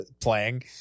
playing